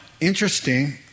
interesting